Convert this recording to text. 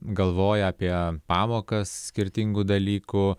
galvoja apie pamokas skirtingų dalykų